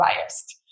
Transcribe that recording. biased